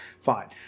fine